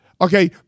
Okay